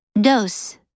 Dose